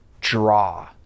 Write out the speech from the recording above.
draw